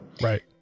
Right